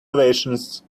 ovations